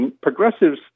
progressives